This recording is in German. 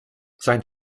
sein